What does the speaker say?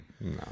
No